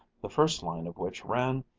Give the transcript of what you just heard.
the first line of which ran,